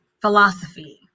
philosophy